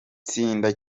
tsinda